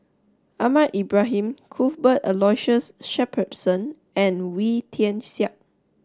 Ahmad Ibrahim Cuthbert Aloysius Shepherdson and Wee Tian Siak